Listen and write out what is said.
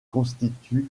constitue